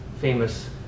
famous